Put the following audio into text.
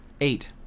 Eight